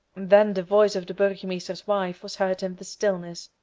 then the voice of the burgomeister's wife was heard in the stillness.